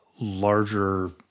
larger